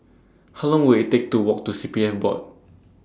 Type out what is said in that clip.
How Long Will IT Take to Walk to C P F Board